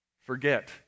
Forget